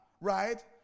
right